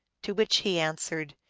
to which he answered,